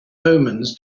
omens